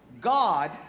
God